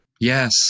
Yes